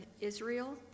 Israel